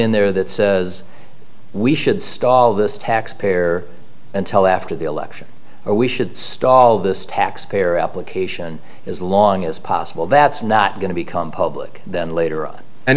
in there that says we should stall this taxpayer until after the election or we should stall this taxpayer application as long as possible that's not going to become public then later